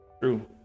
True